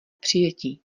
přijetí